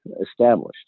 established